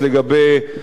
תודה רבה.